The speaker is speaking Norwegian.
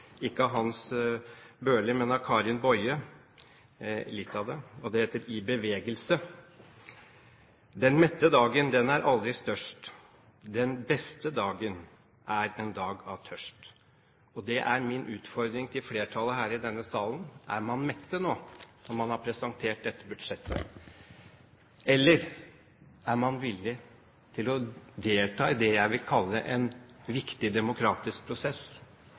av Karin Boye. Det heter «I rörelse»: «Den mätta dagen, den är aldrig störst. Den bästa dagen är en dag av törst.» Og det er min utfordring til flertallet her i denne salen: Er man mett nå, når man har presentert dette budsjettet? Eller er man villig til å delta i det jeg vil kalle en viktig demokratisk prosess?